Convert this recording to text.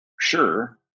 sure